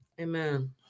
Amen